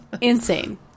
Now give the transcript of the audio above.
insane